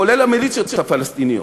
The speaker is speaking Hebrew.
כולל המיליציות הפלסטיניות,